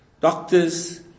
Doctors